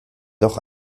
doch